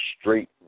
straight